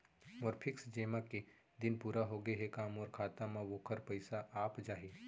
मोर fix जेमा के दिन पूरा होगे हे का मोर खाता म वोखर पइसा आप जाही?